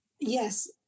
Yes